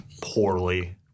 poorly